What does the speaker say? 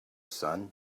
son